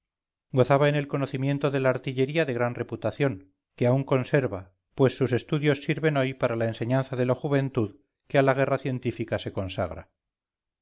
gozaba en el conocimiento de la artillería de gran reputación que aún conserva pues sus estudios sirven hoy para la enseñanza de la juventud que a la guerra científica se consagra